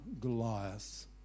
Goliath